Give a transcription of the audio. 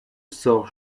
sort